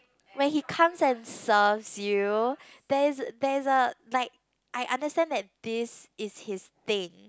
when he comes and serves you there is there is a like I understand that this is his thing